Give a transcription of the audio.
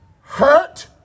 hurt